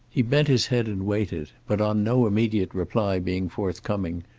he bent his head and waited, but on no immediate reply being forthcoming,